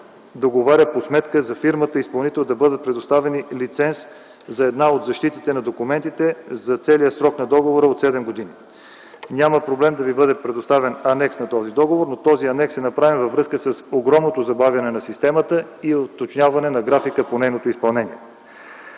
се договарят по сметка за фирмата изпълнител да бъдат предоставени лиценз за една от защитите на документите за целия срок на договора от седем години. Няма проблем да Ви бъде предоставен анекс на този договор, но този анекс е направен във връзка с огромното забавяне на системата и уточняване на графика по нейното изпълнение.